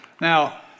Now